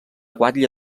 guatlla